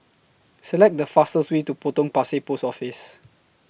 Select The fastest Way to Potong Pasir Post Office